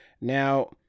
Now